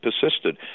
persisted